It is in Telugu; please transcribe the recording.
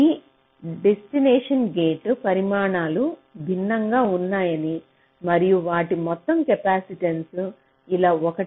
ఈ డెస్టినేషన్ గేట్ పరిమాణాలు భిన్నంగా ఉన్నాయని మరియు వాటి మొత్తం కెపాసిటెన్సులు ఇలా 1